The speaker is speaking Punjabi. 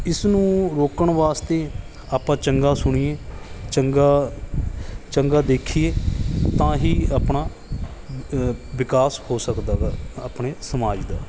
ਇਸ ਨੂੰ ਰੋਕਣ ਵਾਸਤੇ ਆਪਾਂ ਚੰਗਾ ਸੁਣੀਏ ਚੰਗਾ ਚੰਗਾ ਦੇਖੀਏ ਤਾਂ ਹੀ ਆਪਣਾ ਵਿਕਾਸ ਹੋ ਸਕਦਾ ਗਾ ਆਪਣੇ ਸਮਾਜ ਦਾ